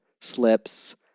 slips